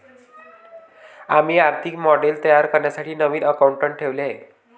आम्ही आर्थिक मॉडेल तयार करण्यासाठी नवीन अकाउंटंट ठेवले आहे